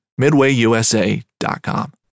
midwayusa.com